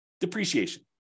depreciation